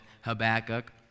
Habakkuk